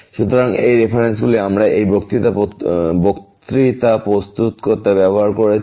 সুতরাং এই রেফারেন্সগুলি আমরা এই বক্তৃতা প্রস্তুত করতে ব্যবহার করেছি